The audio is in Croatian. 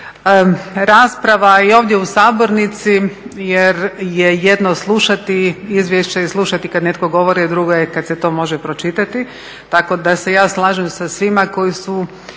rasprava i ovdje u sabornici jer je jedno slušati i slušati kad netko govori, a drugo je kad se to može pročitati. Tako da se ja slažem sa svima koji su